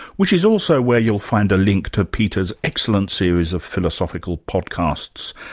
which is also where you'll find a link to peter's excellent series of philosophical podcasts.